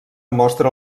mostra